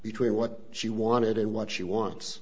between what she wanted and what she wants